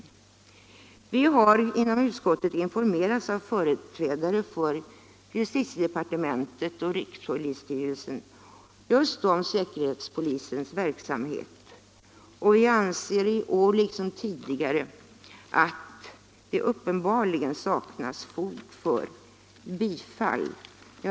Vi har inom utskottet informerats av företrädare för justitiedepartementet och rikspolisstyrelsen just om säkerhetspolisens verksamhet, och jag anser i år liksom tidigare att det uppenbarligen saknas fog för bifall till förslaget från vpk.